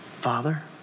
father